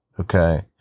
okay